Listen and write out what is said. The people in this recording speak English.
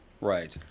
Right